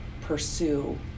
pursue